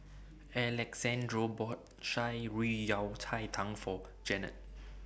Alexandro bought Shan Rui Yao Cai Tang For Janette